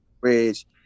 bridge